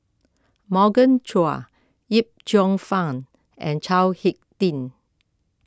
Morgan Chua Yip Cheong Fun and Chao Hick Tin